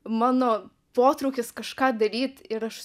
mano potraukis kažką daryt ir aš